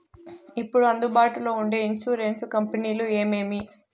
ఇప్పుడు అందుబాటులో ఉండే ఇన్సూరెన్సు కంపెనీలు ఏమేమి?